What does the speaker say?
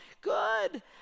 Good